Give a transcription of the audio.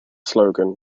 slogan